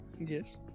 yes